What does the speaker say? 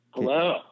Hello